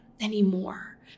anymore